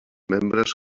membres